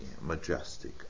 majestic